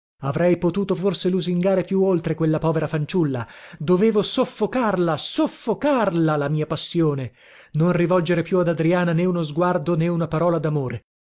avrei potuto forse lusingare più oltre quella povera fanciulla dovevo soffocarla soffocarla la mia passione non rivolgere più ad adriana né uno sguardo né una parola